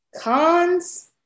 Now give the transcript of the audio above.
Cons